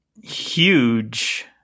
huge